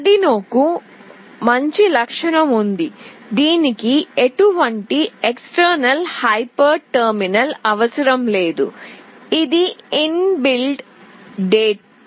ఆర్డ్ యునోకు మంచి లక్షణం ఉంది దీనికి ఎటువంటి ఎక్స్టర్నల్ హైపర్ టెర్మినల్ అవసరం లేదు ఇది ఇన్బిల్ టెడ్